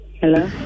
Hello